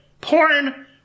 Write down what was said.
porn